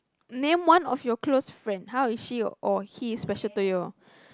name one of your close friend how is she or he special to you